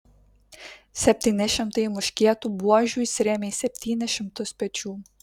septyni šimtai muškietų buožių įsirėmė į septynis šimtus pečių